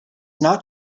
not